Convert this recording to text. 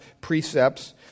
precepts